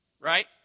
right